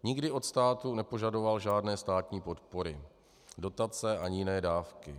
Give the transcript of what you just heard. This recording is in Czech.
Nikdy od státu nepožadoval žádné státní podpory, dotace ani jiné dávky.